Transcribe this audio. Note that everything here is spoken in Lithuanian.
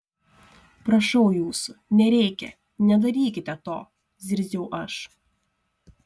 prašau jūsų nereikia nedarykite to zirziau aš